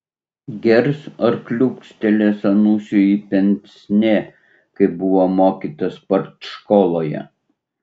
gers ar kliūstelės anusui į pensnė kaip buvo mokytas partškoloje